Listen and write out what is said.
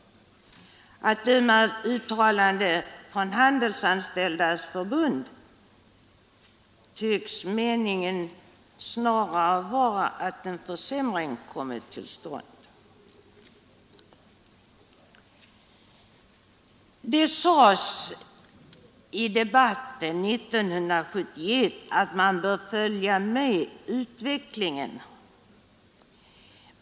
Att döma av uttalanden från Handelsanställdas förbund tycks meningen snarare vara att en försämring kommit till stånd. Det sades i debatten 1971 att man bör följa med utvecklingen.